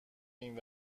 این